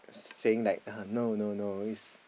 saying like uh no no no it's